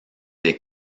des